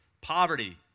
Poverty